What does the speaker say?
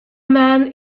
man